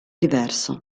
diverso